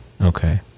okay